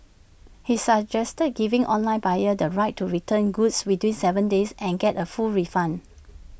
he suggested giving online buyers the right to return goods within Seven days and get A full refund